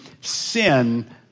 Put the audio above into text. sin